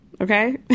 okay